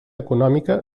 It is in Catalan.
econòmica